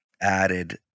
added